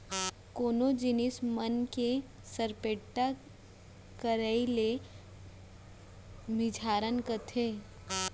कोनो जिनिस मन के सरपेट्टा करई ल मिझारन कथें